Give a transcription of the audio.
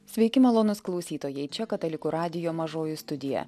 sveiki malonūs klausytojai čia katalikų radijo mažoji studija